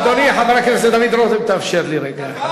אדוני, חבר הכנסת דוד רותם, תאפשר לי רגע אחד.